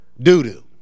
doo-doo